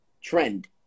trend